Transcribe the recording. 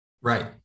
Right